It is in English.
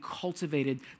cultivated